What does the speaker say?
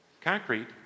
Concrete